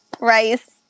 rice